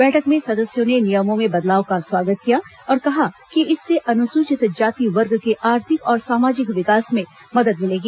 बैठक में सदस्यों ने नियमों में बदलाव का स्वागत किया और कहा कि इससे अनुसूचित जाति वर्ग के आर्थिक और सामाजिक विकास में मदद मिलेगी